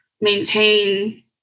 maintain